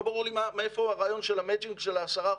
לא ברור לי מאיפה הרעיון של המצ'ינג של 10%,